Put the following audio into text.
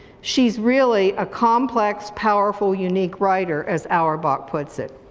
she's really a complex, powerful unique writer, as auerbach puts it.